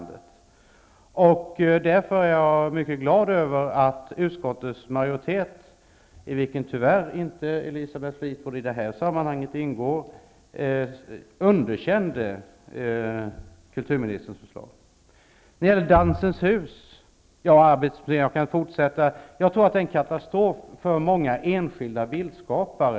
Därför blev jag mycket glad när utskottets majoritet, i vilken Elisabeth Fleetwood tyvärr inte ingår i det här sammanhanget, underkände kulturministerns förslag. När det gäller Dansens hus tror jag att det är en katastrof för många enskilda bildskapare.